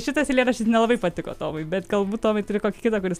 šitas eilėraštis nelabai patiko tomui bet galbūt tomai turi kokį kitą kuris